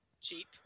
Cheap